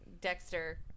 Dexter